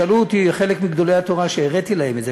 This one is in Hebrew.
שאלו אותי חלק מגדולי התורה שהראיתי להם את זה,